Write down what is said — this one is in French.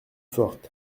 forte